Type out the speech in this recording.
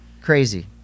Crazy